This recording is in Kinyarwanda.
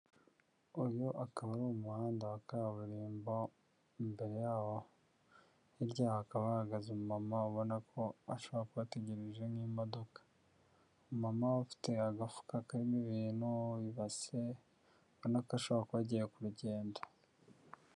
Uyu akaba ari umuhanda wa kaburimbo, hirya yawo hakaba hahagaze umumama ubona ko ashobora kuba ategereje nk'imodoka, umama ufite agafuka karimo ibintu, ibase ubona ko ashobora kuba agiye ku rugendo.